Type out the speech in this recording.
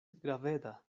graveda